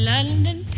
London